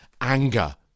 anger